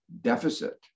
deficit